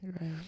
Right